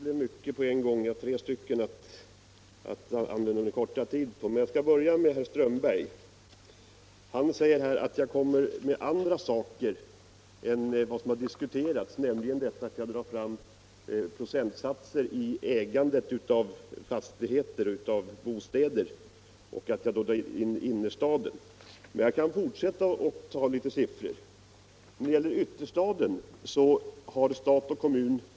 Nr 28 Herr talman! Det blev mycket på en gång — jag har tre talare att bemöta Fredagen den på den korta tid jag har till mitt förfogande. 28 februari 1975 Herr Strömberg sade att jag tog upp andra saker än vad som hade I diskuterats när jag angav hur många procent av bostadsfastigheterna i — Om principerna för innerstaden som ägs av olika kategorier.